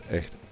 echt